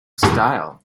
style